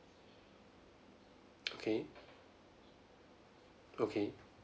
okay okay